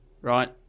right